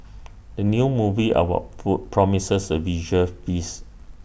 the new movie about food promises A visual feast